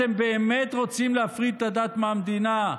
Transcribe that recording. אתם באמת רוצים להפריד את הדת מהמדינה?